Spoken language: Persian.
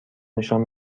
نشان